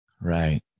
Right